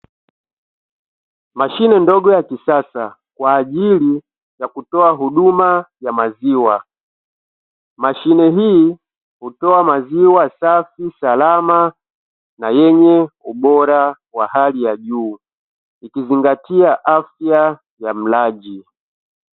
Mashine ndogo ya kisasa kwa ajili ya kutoa huduma ya maziwa mashine hii hutoa maziwa safi, salama na yenye ubora wa hali ya juu ikizingatia afya ya mlaji.